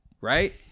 right